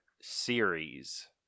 series